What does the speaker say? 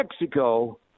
Mexico